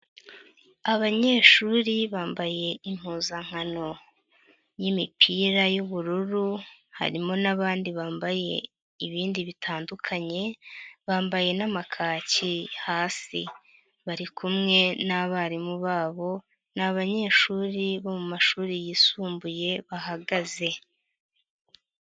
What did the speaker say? Abanyeshuri bambaye impuzankano y'imipira y'ubururu, harimo n'abandi bambaye ibindi bitandukanye, bambaye n'amakaki hasi. Bari kumwe n'abarimu babo, ni abanyeshuri bo mu mashuri yisumbuye bahagaze.